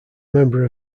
member